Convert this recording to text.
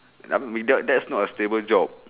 um without that that's not a stable job